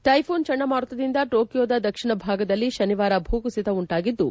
typhoon ಚಂಡಮಾರುತದಿಂದ ಟೋಕಿಯೊದ ದಕ್ಷಿಣ ಭಾಗದಲ್ಲಿ ತನಿವಾರ ಭೂಕುಸಿತ ಉಂಟಾಗಿದ್ದು